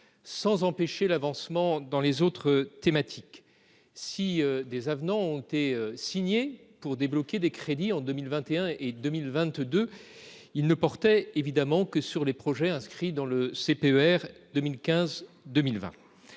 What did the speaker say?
pas empêcher les avancées sur d'autres thématiques. Si des avenants ont été signés pour débloquer des crédits en 2021 et 2022, ils ne portaient évidemment que sur des projets inscrits dans les CPER 2015-2020.